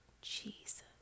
Jesus